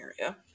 area